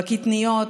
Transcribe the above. בקטניות.